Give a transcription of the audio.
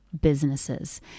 businesses